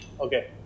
okay